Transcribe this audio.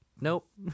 Nope